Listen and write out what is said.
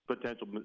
potential